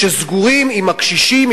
שסגורים עם הקשישים,